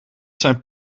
zijn